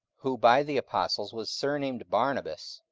who by the apostles was surnamed barnabas,